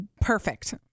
perfect